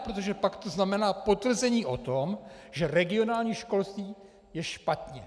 Protože pak to znamená potvrzení o tom, že regionální školství je špatně.